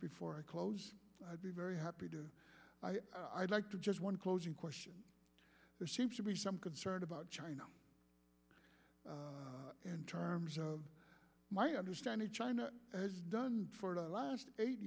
before i close i'd be very happy to i'd like to just one closing question there seems to be some concern about china in terms of my understanding china has done for the last eight